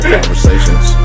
conversations